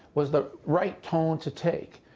was the right tone to take,